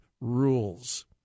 rules